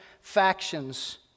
factions